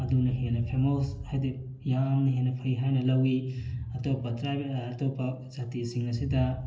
ꯑꯗꯨꯅ ꯍꯦꯟꯅ ꯐꯦꯃꯁ ꯍꯥꯏꯗꯤ ꯌꯥꯝꯅ ꯍꯦꯟꯅ ꯐꯩ ꯍꯥꯏꯅ ꯂꯧꯏ ꯑꯇꯣꯞ ꯑꯇꯣꯞꯄ ꯖꯥꯇꯤꯁꯤꯡ ꯑꯁꯤꯗ